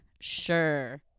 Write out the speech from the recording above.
sure